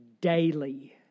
daily